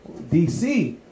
DC